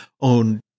own